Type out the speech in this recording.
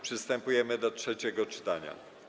Przystępujemy do trzeciego czytania.